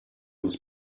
was